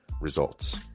results